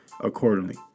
accordingly